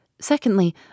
secondly